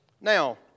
Now